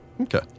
Okay